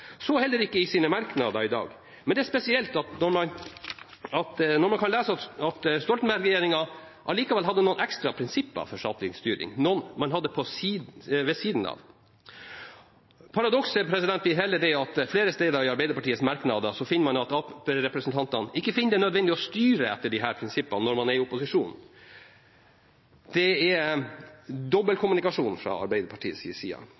heller ikke i sine merknader i dag. Men det er spesielt når man kan lese at Stoltenberg-regjeringen allikevel hadde noen ekstra prinsipper for statlig styring, noen man hadde ved siden av. Paradokset blir heller det at flere steder i Arbeiderpartiets merknader finner man at arbeiderpartirepresentantene ikke finner det nødvendig å styre etter disse prinsippene når man er i opposisjon. Det er dobbeltkommunikasjon fra Arbeiderpartiets side.